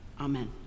Amen